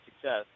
success